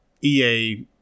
EA